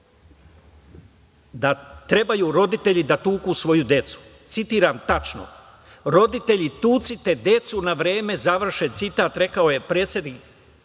je da roditelji treba da tuku svoju decu. Citiram tačno: „roditelji tucite decu na vreme“, završen citat, rekao je predsednik